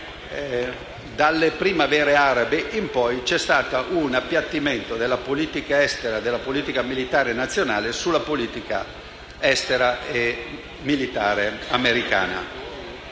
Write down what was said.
dalle primavere arabe in poi c'è stato un appiattimento della politica estera e militare nazionale sulla politica estera e militare americana.